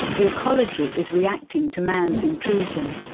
the ecology is reacting to man's intrusion.